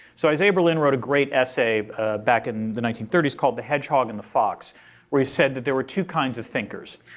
so isaiah berlin wrote a great essay back in the nineteen thirty s called the hedgehog and the fox where he said that there were two kinds of thinkers.